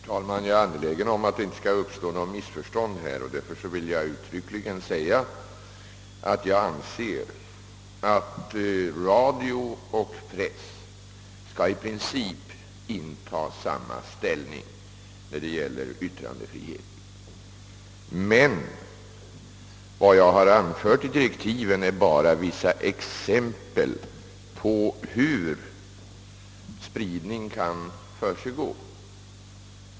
Herr talman! Jag är angelägen om att det här inte skall uppstå något missförstånd, och därför vill jag uttryckligen säga att jag anser att radio och press i princip skall inta samma ställning när det gäller yttrandefrihet. Vad jag har anfört i direktiven är bara vissa exempel på hur spridning kan försiggå.